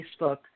Facebook